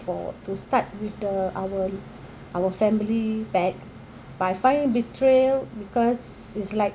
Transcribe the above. for to start with the our our family pack but I find betrayal because it's like